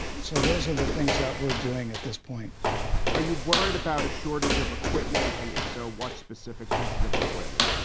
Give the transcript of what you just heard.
so those are the things that we're doing at this point are you worried about a shortage of equipment? and if so, what specific pieces of equipment?